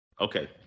Okay